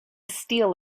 steel